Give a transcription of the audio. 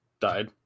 died